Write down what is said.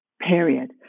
period